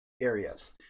areas